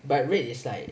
but red is like